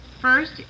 First